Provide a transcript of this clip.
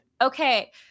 Okay